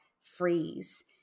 freeze